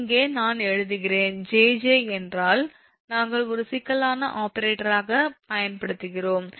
இங்கே நான் எழுதுகிறேன் 𝑗𝑗 ஏனென்றால் நாங்கள் ஒரு சிக்கலான ஆபரேட்டராகப் பயன்படுத்துகிறோம்